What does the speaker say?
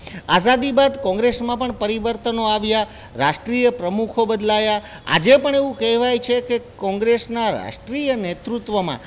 આઝાદી બાદ કોંગ્રેસમાં પણ પરિવર્તનો આવ્યા રાષ્ટ્રિય પ્રમુખો બદલાયા આજે પણ એવું કહેવાય છે કે કોંગ્રેસના રાષ્ટ્રિય નેતૃત્વમાં